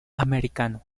americano